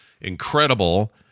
incredible